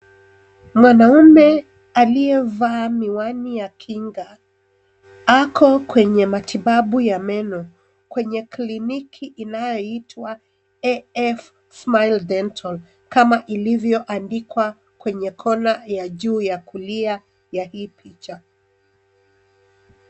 Mwanaume aliyevaa miwani ya kinga ako kwenye matibabu ya meno, kwenye kliniki inayoitwa AF SMILE DENTAL kama ilivyoandikwa kwenye corner ya juu ya kulia ya hii picha.